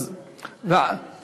אז אולי